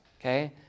Okay